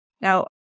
Now